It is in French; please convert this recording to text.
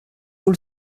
vous